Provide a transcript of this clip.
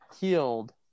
healed